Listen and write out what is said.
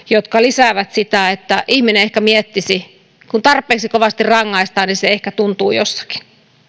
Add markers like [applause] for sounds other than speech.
[unintelligible] jotka lisäävät sitä että ihminen ehkä miettisi kun tarpeeksi kovasti rangaistaan niin se ehkä tuntuu jossakin